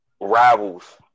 rivals